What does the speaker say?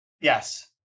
Yes